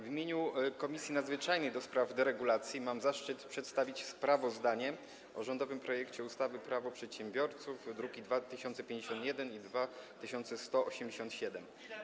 W imieniu Komisji Nadzwyczajnej do spraw deregulacji mam zaszczyt przedstawić sprawozdanie o rządowym projekcie ustawy Prawo przedsiębiorców, druki nr 2051 i 2187.